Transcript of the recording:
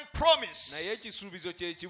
promise